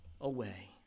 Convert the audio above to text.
away